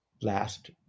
last